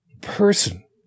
person